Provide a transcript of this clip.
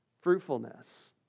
fruitfulness